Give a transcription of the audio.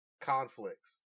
conflicts